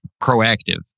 proactive